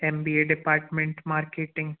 M B A department marketing